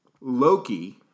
Loki